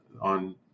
on